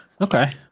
Okay